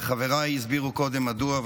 וחבריי הסבירו קודם מדוע,